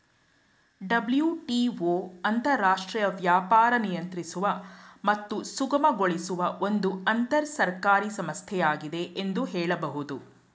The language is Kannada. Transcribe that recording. ಡಬ್ಲ್ಯೂ.ಟಿ.ಒ ಅಂತರರಾಷ್ಟ್ರೀಯ ವ್ಯಾಪಾರ ನಿಯಂತ್ರಿಸುವ ಮತ್ತು ಸುಗಮಗೊಳಿಸುವ ಒಂದು ಅಂತರಸರ್ಕಾರಿ ಸಂಸ್ಥೆಯಾಗಿದೆ ಎಂದು ಹೇಳಬಹುದು